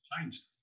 changed